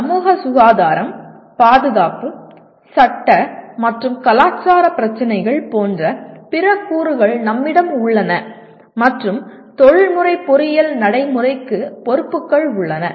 சமூக சுகாதாரம் பாதுகாப்பு சட்ட மற்றும் கலாச்சார பிரச்சினைகள் போன்ற பிற கூறுகள் நம்மிடம் உள்ளன மற்றும் தொழில்முறை பொறியியல் நடைமுறைக்கு பொறுப்புகள் உள்ளன